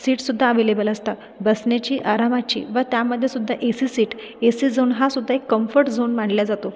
सीट्ससुद्धा available असतात बसण्याची आरामाची व त्यामध्ये सुद्धा A C seat A C zone हा सुद्धा एक कम्फर्ट झोन मानला जातो